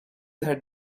her